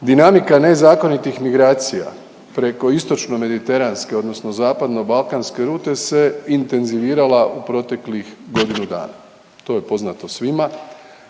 dinamika nezakonitih migracija preko istočno mediteranske odnosno zapadno balkanske rute se intenzivirala u proteklih godinu dana. To je poznato svima.